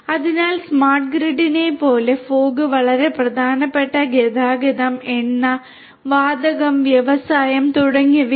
അതിനാൽ സ്മാർട്ട് ഗ്രിഡിനെ പോലെ ഫോഗ് വളരെ പ്രധാനപ്പെട്ട ഗതാഗതം എണ്ണ വാതക വ്യവസായം തുടങ്ങിയവയാണ്